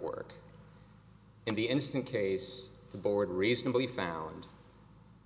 work in the instant case the board reasonably found